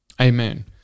Amen